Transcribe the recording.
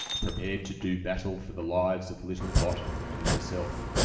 prepared to do battle for the lives of little dot and herself.